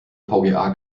vga